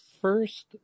first